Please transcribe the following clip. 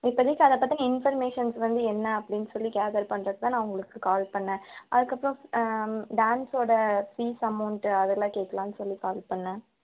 இப்பதிக்கு அதை பற்றின இன்ஃபர்மேஷன்ஸ் வந்து என்ன அப்படின்னு சொல்லி கேதர் பண்ணுறதுக்கு தான் நான் உங்களுக்கு கால் பண்ணேன் அதற்கப்பறம் டான்ஸோட ஃபீஸ் அமௌண்ட்டு அதெல்லாம் கேடக்கலாம்னு சொல்லி கால் பண்ணேன்